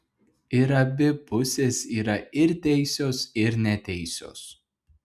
ir abi pusės yra ir teisios ir neteisios